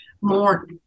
more